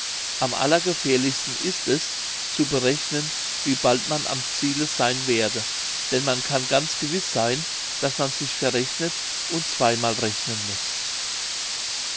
am allergefährlichsten ist es zu berechnen wie bald man am ziele seyn werde denn man kann ganz gewiß seyn daß man sich verrechnet und zweimal rechnen muß